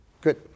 good